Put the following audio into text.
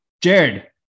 Jared